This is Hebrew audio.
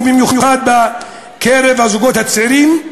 במיוחד בקרב הזוגות הצעירים,